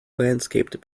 landscaped